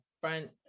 front